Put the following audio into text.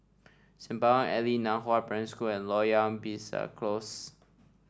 Sembawang Alley Nan Hua Primary School and Loyang Besar Close